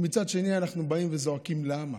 מצד שני, אנחנו באים וזועקים: למה,